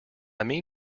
mean